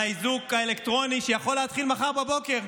על האיזוק האלקטרוני, שיכול להתחיל מחר בבוקר,